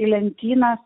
į lentynas